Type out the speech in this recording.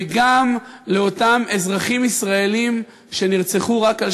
וגם אותם אזרחים ישראלים שנרצחו רק על